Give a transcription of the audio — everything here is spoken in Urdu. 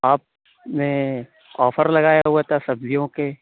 آپ نے آفر لگایا ہُوا تھا سبزیوں کے